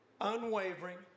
unwavering